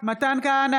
מתן כהנא,